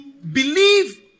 believe